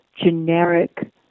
generic